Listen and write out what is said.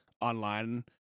online